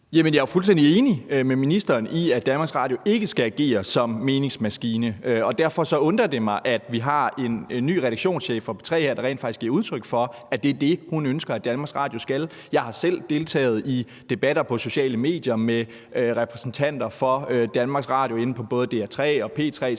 Jeg er fuldstændig enig med ministeren i, at DR ikke skal agere som meningsmaskine. Derfor undrer det mig, at vi har en ny redaktionschef for P3 her, der rent faktisk giver udtryk for, at det er det, hun ønsker at DR skal. Jeg har selv deltaget i debatter på sociale medier med repræsentanter for DR – inde på både DR3's og P3's